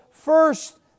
first